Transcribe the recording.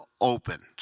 opened